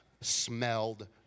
smelled